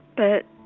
but